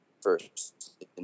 first